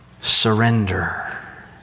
surrender